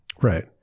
Right